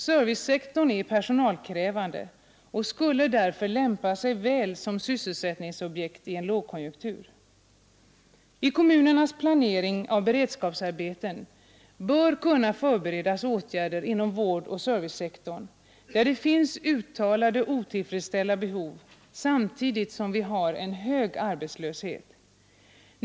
Servicesektorn är personalkrävande och skulle därför lämpa sig väl som sysselsättningsobjekt i en lågkonjunktur. I kommunernas planering av beredskapsarbeten bör kunna förberedas åtgärder inom vårdoch servicesektorn, där det finns uttalade otillfredsställda behov samtidigt som vi har en hög arbetslöshet.